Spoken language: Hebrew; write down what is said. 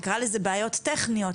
נקרא לזה בעיות טכניות,